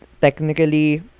technically